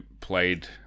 played